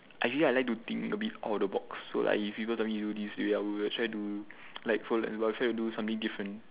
I usually I like to think a bit out of the box so like if you go tell me to do this I will try to like fol~ but I'll try to do something different